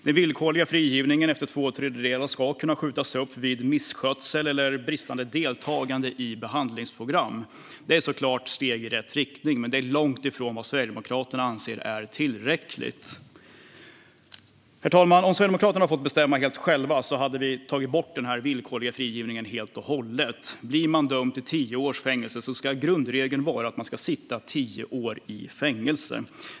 Den villkorliga frigivningen efter två tredjedelar ska kunna skjutas upp vid misskötsel eller bristande deltagande i behandlingsprogram. Detta är såklart steg i rätt riktning, men det är långt ifrån vad Sverigedemokraterna anser är tillräckligt. Herr talman! Om Sverigedemokraterna hade fått bestämma helt själva hade vi tagit bort den villkorliga frigivningen helt och hållet. Blir man dömd till tio års fängelse ska grundregeln vara att man får sitta tio år i fängelse.